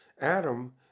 Adam